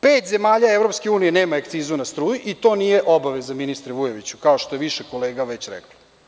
Pet zemalja EU nema akcizu na struju i to nije obaveza, ministre Vujoviću, kao što je više kolega već reklo.